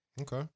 Okay